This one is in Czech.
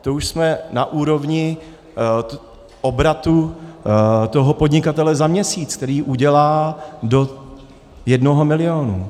To už jsme na úrovni obratu toho podnikatele za měsíc, který udělá do jednoho milionu.